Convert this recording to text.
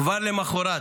כבר למוחרת,